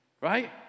Right